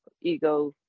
ego